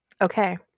Okay